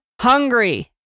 hungry